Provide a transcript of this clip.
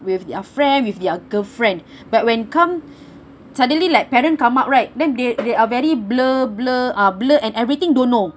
with their friend with their girlfriend but when come suddenly like parents come up right then they they are very blur blur uh blur and everything don't know